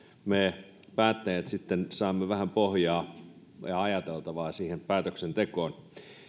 me päättäjät sitten saamme vähän pohjaa ja ajateltavaa siihen päätöksentekoon